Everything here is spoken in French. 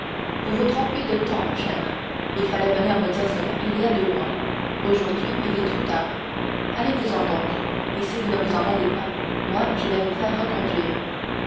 vous vous trompez de temps mon cher il fallait venir me dire cela il y a deux mois aujourd'hui il est trop tard allez-vous-en donc et si vous ne vous en allez pas moi je vais vous faire reconduire